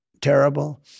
terrible